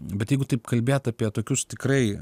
bet jeigu taip kalbėt apie tokius tikrai